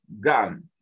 gun